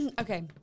Okay